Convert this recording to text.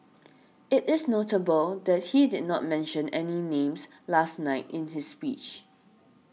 it is notable that he did not mention any names last night in his speech